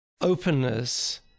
openness